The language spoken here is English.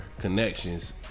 connections